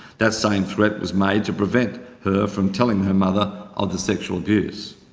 that same threat was made to prevent her from telling her mother of the sexual abuse.